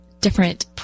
different